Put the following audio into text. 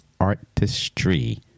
artistry